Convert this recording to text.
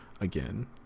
again